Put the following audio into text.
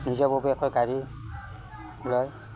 নিজাববীয়াকৈ গাড়ী লয়